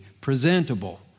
presentable